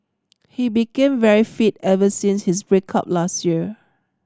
he became very fit ever since his break up last year